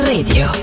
Radio